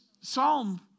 psalm